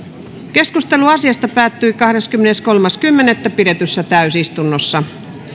keskustelu asiasta päättyi kahdeskymmeneskolmas kymmenettä kaksituhattakahdeksantoista pidetyssä täysistunnossa